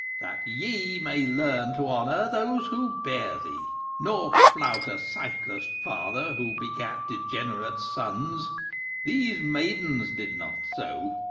that ye may learn to honor those who bear thee nor flout a sightless father who begat degenerate sons these maidens did not so.